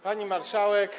Pani Marszałek!